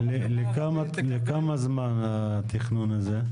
לכמה זמן התכנון הזה?